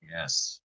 Yes